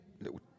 little